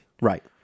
right